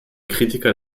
kritiker